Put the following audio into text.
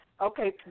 okay